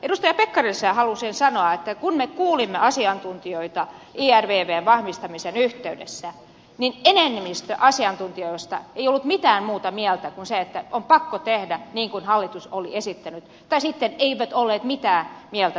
edustaja pekkariselle haluaisin sanoa että kun me kuulimme asiantuntijoita ervvn vahvistamisen yhteydessä niin enemmistö asiantuntijoista ei ollut mitään muuta mieltä kuin sitä että on pakko tehdä niin kuin hallitus oli esittänyt tai sitten eivät olleet mitään mieltä